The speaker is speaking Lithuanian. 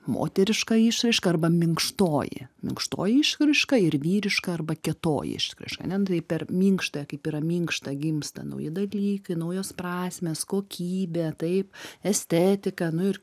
moteriška išraiška arba minkštoji minkštoji išraiška ir vyriška arba kietoji išraiška ane nu tai per minkštąją kaip yra minkšta gimsta nauji dalykai naujos prasmės kokybė taip estetika nu ir